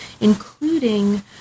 including